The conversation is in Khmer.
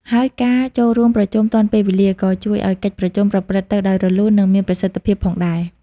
ហើយការចូលរួមប្រជុំទាន់ពេលវេលា ក៏ជួយឲ្យកិច្ចប្រជុំប្រព្រឹត្តទៅដោយរលូន និងមានប្រសិទ្ធភាពផងដែរ។